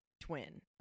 twin